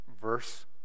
verse